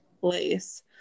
place